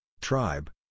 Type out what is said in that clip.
tribe